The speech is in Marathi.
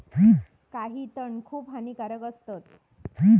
काही तण खूप हानिकारक असतत